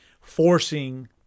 forcing